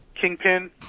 Kingpin